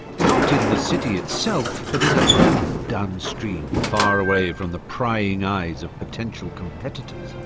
not in the city itself, but in a hamlet downstream, far away from the prying eyes of potential competitors.